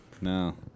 No